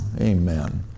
Amen